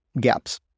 gaps